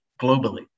globally